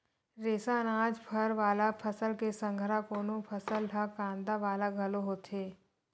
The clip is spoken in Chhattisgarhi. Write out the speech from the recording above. रेसा, अनाज, फर वाला फसल के संघरा कोनो फसल ह कांदा वाला घलो होथे